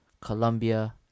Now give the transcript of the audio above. Colombia